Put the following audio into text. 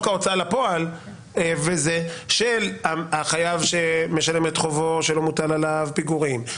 ההוצאה לפועל וזה החייב שמשלם את חובו שלא מוטל עליו פיגורים,